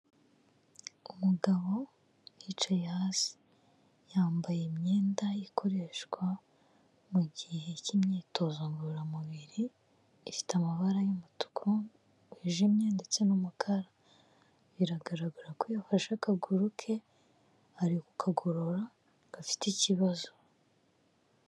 Umugabo wicaye hasi yambaye imyenda ikoreshwa mu gihe k'imyitozo ngororamubiri, ifite amabara y'umutuku wijimye ndetse n'umukara, biragaragara ko yafashe akaguru ke ari ku kagorora gafite ikibazo.